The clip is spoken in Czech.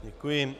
Děkuji.